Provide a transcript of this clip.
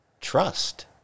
trust